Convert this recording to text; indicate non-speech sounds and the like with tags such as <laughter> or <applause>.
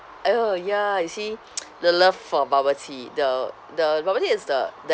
orh ya you see <noise> the love for bubble tea the the bubble tea is the the